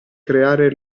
creare